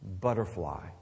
butterfly